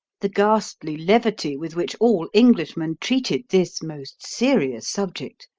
the ghastly levity with which all englishmen treated this most serious subject,